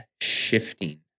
shifting